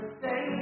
say